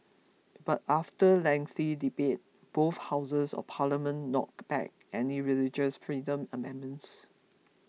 but after lengthy debate both houses of parliament knocked back any religious freedom amendments